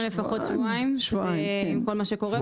לפחות שבועיים, עם כל מה שקורה פה.